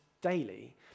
daily